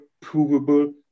provable